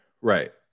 Right